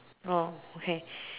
oh okay